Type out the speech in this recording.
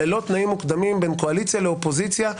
ללא תנאים מוקדמים בין קואליציה ואופוזיציה,